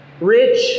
Rich